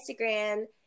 Instagram